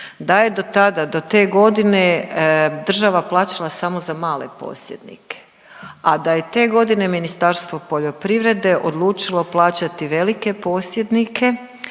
da je do tada do te godine država plaćala samo za male posjednike, a da je te godine Ministarstvo poljoprivrede odlučilo plaćati velike posjednike,